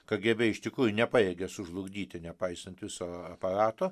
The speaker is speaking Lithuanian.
kgb iš tikrųjų nepajėgė sužlugdyti nepaisant viso aparato